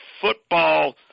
football